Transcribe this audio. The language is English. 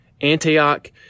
Antioch